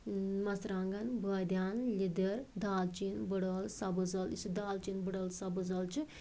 مرژٕوانگَن بٲدیان لیٚدٕر دالچیٖن بٔڑٕ عٲل سبٕز عٲل یُس یہِ دالچیٖن بٔڑٕ عٲل سبز عٲل چھِ